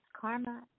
Karma